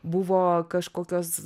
buvo kažkokios